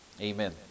Amen